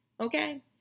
Okay